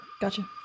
Gotcha